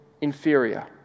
inferior